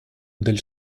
del